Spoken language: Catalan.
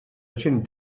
gent